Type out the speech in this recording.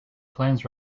plans